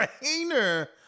trainer